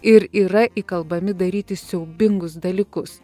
ir yra įkalbami daryti siaubingus dalykus